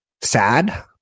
sad